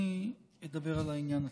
אני אדבר על העניין עצמו.